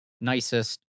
nicest